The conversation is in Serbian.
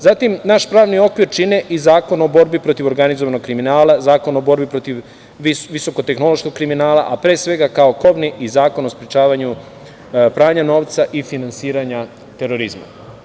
Zatim, naš pravni okvir čine i Zakon o borbi protiv organizovanog kriminala, Zakon o borbi protiv visoko-tehnološkog kriminala, a pre svega kao krovni i Zakon o sprečavanju pranja novca i finansiranja terorizma.